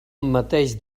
mateix